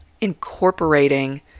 incorporating